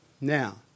Now